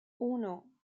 uno